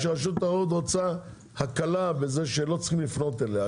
שרשות התחרות רוצה הקלה בזה שלא צריכים לפנות אליה.